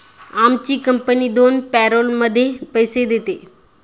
आमची कंपनी दोन पॅरोलमध्ये पैसे देते